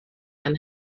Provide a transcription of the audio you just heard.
and